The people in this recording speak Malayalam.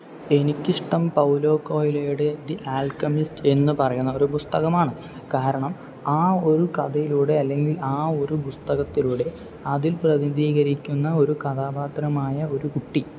എനിക്ക് ഇഷ്ടം പൗലോ കൊയ്ലോയുടെ ദി ആൽക്കെമിസ്റ്റ് എന്ന് പറയുന്ന ഒരു പുസ്തകം ആണ് കാരണം ആ ഒരു കഥയിലൂടെ അല്ലെങ്കിൽ ആ ഒരു പുസ്തകത്തിലുടെ അതിൽ പ്രതിനിധീകരിക്കുന്ന ഒരു കഥാപാത്രം ആയ ഒരു കുട്ടി